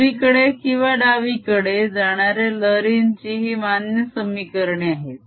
उजवीकडे किंवा डावीकडे जाणाऱ्या लहरींची ही मान्य समीकरणे आहेत